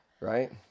Right